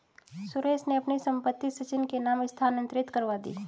सुरेश ने अपनी संपत्ति सचिन के नाम स्थानांतरित करवा दी